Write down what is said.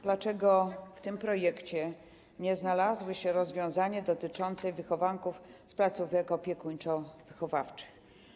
Dlaczego w tym projekcie nie znalazły się rozwiązania dotyczące wychowanków z placówek opiekuńczo-wychowawczych?